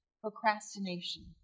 procrastination